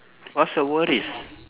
what's the worries